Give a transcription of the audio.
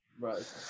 Right